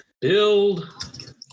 Build